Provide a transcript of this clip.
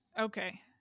Okay